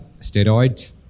steroids